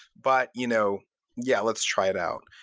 but you know yeah. let's try it out.